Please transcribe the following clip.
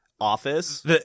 Office